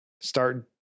start